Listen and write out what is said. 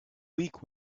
weak